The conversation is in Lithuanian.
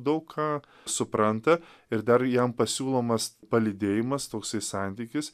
daug ką supranta ir dar jam pasiūlomas palydėjimas toksai santykis